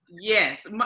Yes